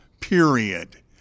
period